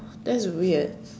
that's weird